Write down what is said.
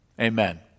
Amen